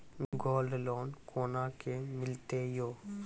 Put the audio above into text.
Gold loan कोना के मिलते यो?